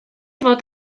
fod